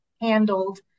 handled